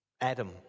Adam